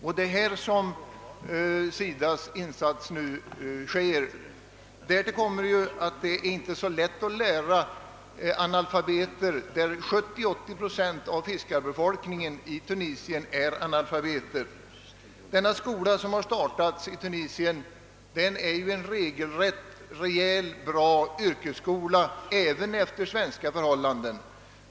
Det är här som SIDA:s insats nu sker, Därtill kommer att det inte är så lätt att lära analfabeter — 70—80 procent av fiskarbefolkningen i Tunisien är analfabeter. Den skola som startats i Tunisien är en regelrätt, rejäl och bra yrkesskola även bedömd efter svenska förhållanden.